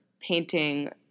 painting